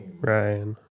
Ryan